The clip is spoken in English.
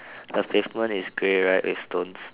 the pavement is grey right with stones